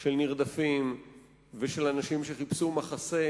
של נרדפים ושל אנשים שחיפשו מחסה,